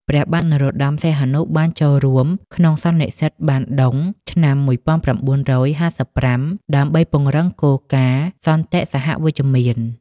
ព្រះបានរោត្តម សីហនុ បានចូលរួមក្នុងសន្និសីទបានឌុងឆ្នាំ ១៩៥៥ ដើម្បីពង្រឹងគោលការណ៍សន្តិសហវិជ្ជមាន។